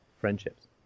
friendships